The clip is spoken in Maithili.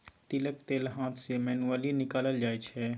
तिलक तेल हाथ सँ मैनुअली निकालल जाइ छै